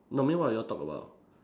normally what you all talk about